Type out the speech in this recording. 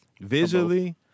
Visually